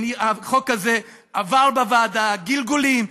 החוק הזה עבר בוועדה גלגולים,